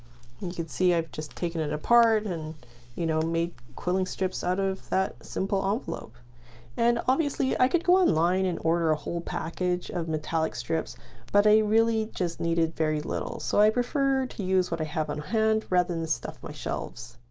you can see i've just taken it apart, and you know make quilling strips out of that simple envelope and obviously i could go online and order a whole package of metallic strips but i really just needed very little, so i prefer to use what i have on hand rather than stuff my shelves.